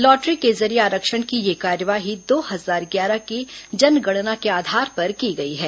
lottery के जरिये आरक्षण की यह कार्यवाही दो हजार ग्यारह की जनगणना के आधार पर की गई है